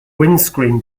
windscreen